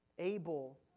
Able